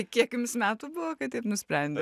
kiek jums metų buvo kai taip nusprendėt